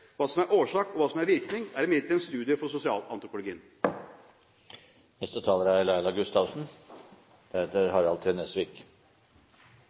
Hva som er årsak og hva som er virkning, er imidlertid en studie for sosialantropologien.